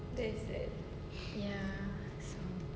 ya